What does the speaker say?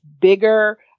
bigger